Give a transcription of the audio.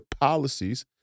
policies